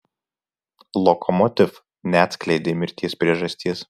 lokomotiv neatskleidė mirties priežasties